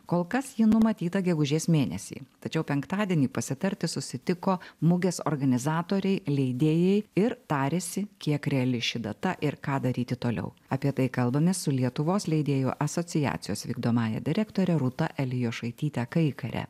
kol kas ji numatyta gegužės mėnesį tačiau penktadienį pasitarti susitiko mugės organizatoriai leidėjai ir tarėsi kiek reali ši data ir ką daryti toliau apie tai kalbamės su lietuvos leidėjų asociacijos vykdomąja direktore rūta elijošaityte kaikare